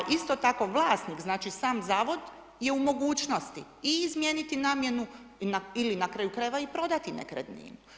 Isto tako, vlasnik, znači sam Zavod je u mogućnosti i izmijeniti namjenu ili na kraju krajeva i prodati nekretninu.